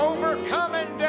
Overcoming